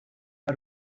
how